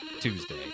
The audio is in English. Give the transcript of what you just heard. Tuesday